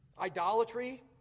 Idolatry